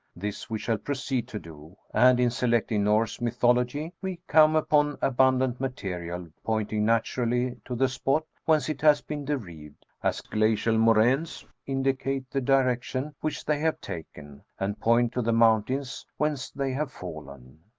this we shall proceed to do, and in selecting norse mythology, we come upon abundant material, pointing naturally to the spot whence it has been derived, as glacial moraines indicate the direction which they have taken, and point to the mountains whence they have fallen.